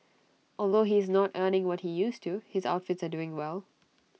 although he is not earning what he used to his outfits are doing well